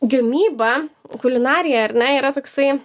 gamyba kulinarija ar ne yra toksai